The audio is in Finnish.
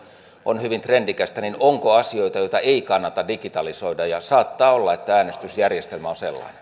on hyvin trendikästä niin onko asioita joita ei kannata digitalisoida ja saattaa olla että äänestysjärjestelmä on sellainen